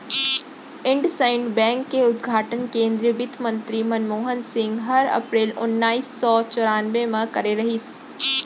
IndusInd bank के उद्घाटन केन्द्रीय बित्तमंतरी मनमोहन सिंह हर अपरेल ओनाइस सौ चैरानबे म करे रहिस